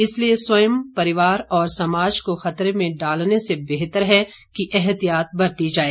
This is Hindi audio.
इसलिए स्वयं परिवार और समाज को खतरे में डालने से बेहतर है कि एहतियात बरती जाए